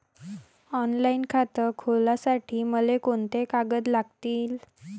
Online खातं खोलासाठी मले कोंते कागद लागतील?